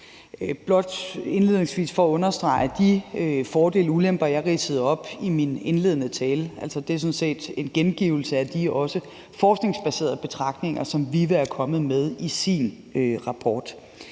Blot indledningsvis for at understrege de fordele og ulemper, jeg ridsede op i min indledende tale, vil jeg sige, at det sådan set er en gengivelse af de forskningsbaserede betragtninger, som VIVE er kommet med i sin rapport.